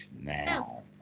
now